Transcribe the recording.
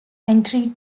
entry